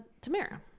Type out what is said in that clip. Tamara